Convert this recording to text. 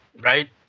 right